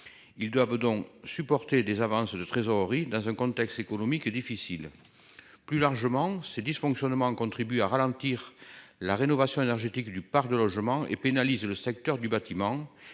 Ils doivent donc supporter des avances de trésorerie dans un contexte économique difficile. Plus largement ces dysfonctionnements contribue à ralentir la rénovation énergétique du parc de logements et pénalise le secteur du bâtiment